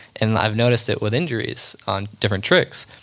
and i noticed it with injuries on different tricks.